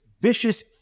vicious